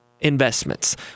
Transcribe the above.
investments